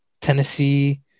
tennessee